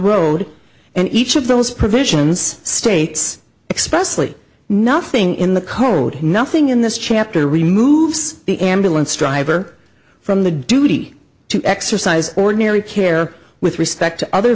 road and each of those provisions states expressly nothing in the code nothing in this chapter removes the ambulance driver from the duty to exercise ordinary care with respect to other